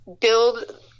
build